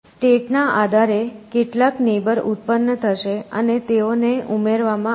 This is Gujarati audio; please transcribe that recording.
સ્ટેટ ના આધારે કેટલાક નેબર ઉત્પન્ન થશે અને તેઓને ઉમેરવામાં આવશે